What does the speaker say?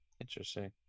Interesting